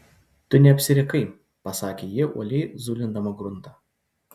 tu neapsirikai pasakė ji uoliai zulindama gruntą